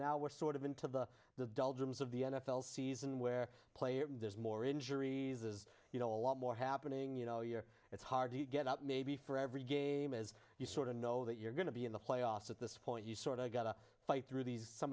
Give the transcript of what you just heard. now we're sort of into the the of the n f l season where players there's more injuries as you know a lot more happening you know year it's hard to get up maybe for every game as you sort of know that you're going to be in the playoffs at this point you sort of gotta fight through these some